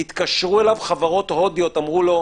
התקשרו אליו חברות הודיות ואמרו לו: